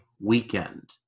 weekend